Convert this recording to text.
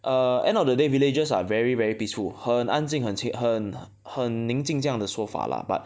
err end of the day villages are very very peaceful 很安静很轻很很宁静这样的说法 lah but